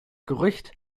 gerücht